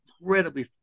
incredibly